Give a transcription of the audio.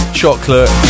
chocolate